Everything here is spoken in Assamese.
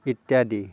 ইত্যাদি